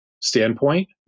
standpoint